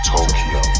Tokyo